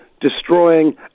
destroying